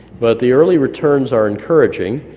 but the early returns are encouraging.